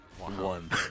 One